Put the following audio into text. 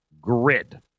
grid